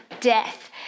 death